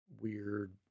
weird